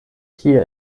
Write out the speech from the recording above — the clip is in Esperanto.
kie